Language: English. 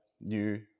new